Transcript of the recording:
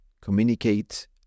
Communicate